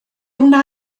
wna